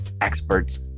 experts